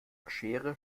schere